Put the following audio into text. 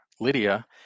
lydia